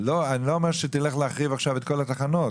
אני לא אומר שתלך עכשיו להרחיב ולשפץ את כל התחנות,